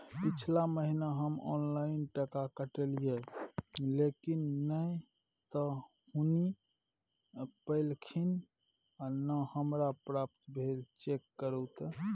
पिछला महीना हम ऑनलाइन टका कटैलिये लेकिन नय त हुनी पैलखिन न हमरा प्राप्त भेल, चेक करू त?